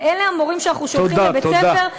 ואלה המורים שאנחנו שולחים לבית-ספר,